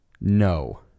No